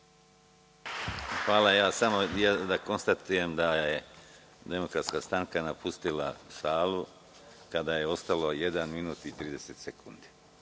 Hvala. Dozvolite mi da konstatujem da je Demokratska stranka napustila salu kada je ostalo jedan minut i 30 sekundi.